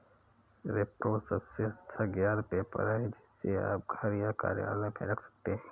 repro सबसे अच्छा ज्ञात पेपर है, जिसे आप घर या कार्यालय में रख सकते हैं